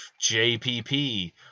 JPP